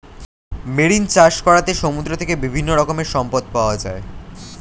marine চাষ করাতে সমুদ্র থেকে বিভিন্ন রকমের সম্পদ পাওয়া যায়